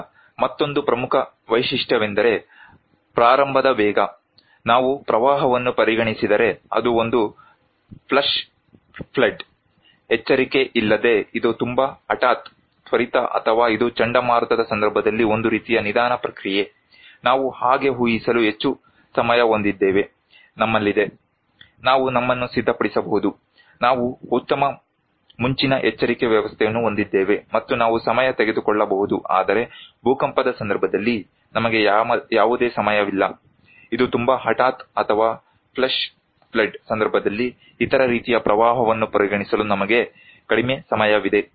ಈಗ ಮತ್ತೊಂದು ಪ್ರಮುಖ ವೈಶಿಷ್ಟ್ಯವೆಂದರೆ ಪ್ರಾರಂಭದ ವೇಗ ನಾವು ಪ್ರವಾಹವನ್ನು ಪರಿಗಣಿಸಿದರೆ ಅದು ಒಂದು ಫ್ಲಾಶ್ ಫ್ಲಡ್ ಎಚ್ಚರಿಕೆ ಇಲ್ಲದೆ ಇದು ತುಂಬಾ ಹಠಾತ್ ತ್ವರಿತ ಅಥವಾ ಇದು ಚಂಡಮಾರುತದ ಸಂದರ್ಭದಲ್ಲಿ ಒಂದು ರೀತಿಯ ನಿಧಾನ ಪ್ರಕ್ರಿಯೆ ನಾವು ಹಾಗೆ ಉಹಿಸಲು ಹೆಚ್ಚು ಸಮಯ ಹೊಂದಿದ್ದೇವೆ ನಮ್ಮಲ್ಲಿದೆ ನಾವು ನಮ್ಮನ್ನು ಸಿದ್ಧಪಡಿಸಬಹುದು ನಾವು ಉತ್ತಮ ಮುಂಚಿನ ಎಚ್ಚರಿಕೆ ವ್ಯವಸ್ಥೆಯನ್ನು ಹೊಂದಿದ್ದೇವೆ ಮತ್ತು ನಾವು ಸಮಯ ತೆಗೆದುಕೊಳ್ಳಬಹುದು ಆದರೆ ಭೂಕಂಪದ ಸಂದರ್ಭದಲ್ಲಿ ನಮಗೆ ಯಾವುದೇ ಸಮಯವಿಲ್ಲ ಇದು ತುಂಬಾ ಹಠಾತ್ ಅಥವಾ ಫ್ಲಾಶ್ ಫ್ಲಡ್ ಸಂದರ್ಭದಲ್ಲಿ ಇತರ ರೀತಿಯ ಪ್ರವಾಹವನ್ನು ಪರಿಗಣಿಸಲು ನಮಗೆ ಕಡಿಮೆ ಸಮಯವಿದೆ